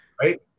Right